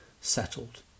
settled